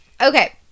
Okay